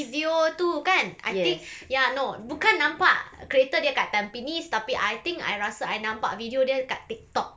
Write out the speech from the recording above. video tu kan I think ya no bukan nampak kereta dia kat tampines tapi I think I rasa I nampak video dia kat TikTok